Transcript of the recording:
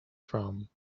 from